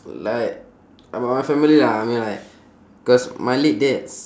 like about my family lah I mean like cause my late dad's